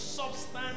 Substance